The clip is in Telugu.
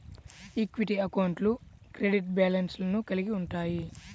ఈక్విటీ అకౌంట్లు క్రెడిట్ బ్యాలెన్స్లను కలిగి ఉంటయ్యి